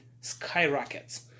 skyrockets